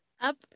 Up